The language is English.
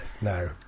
no